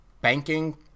Banking